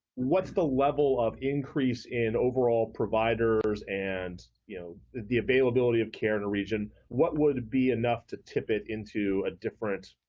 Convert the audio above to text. what's the level of increase in overall providers and you know the the availability of care in a region, what would be enough to tip it into a different